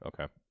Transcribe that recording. Okay